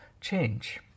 change